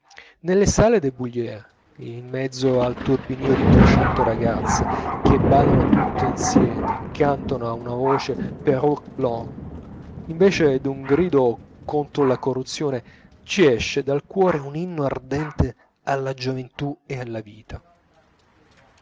nelle sale del bullier in mezzo al turbinio di trecento ragazze che ballano tutte insieme cantando a una voce perruque blonde invece d'un grido contro la corruzione ci esce dal cuore un inno ardente alla gioventù e alla vita